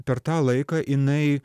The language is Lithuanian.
per tą laiką jinai